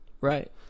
Right